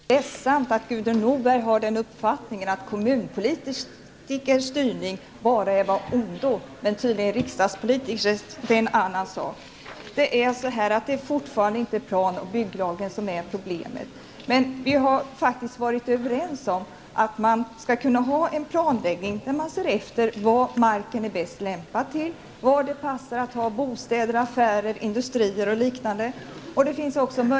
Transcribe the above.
Herr talman! Det är ledsamt att Gudrun Norberg har den uppfattningen att kommunalpolitikers styrning bara är av ondo, medan riksdagspolitikers styrning tydligen är en annan sak. Jag vidhåller att det inte är plan och bygglagen som är problemet. Vi har faktiskt varit överens om att man skall ha en planläggning, efter det att man har sett efter vad marken är bäst lämpad för, var det passar att ha bostäder, affärer, industrier och liknande.